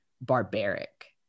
barbaric